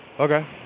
okay